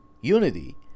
Unity